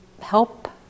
help